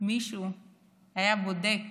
מישהו היה בודק